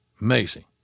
Amazing